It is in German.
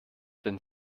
denn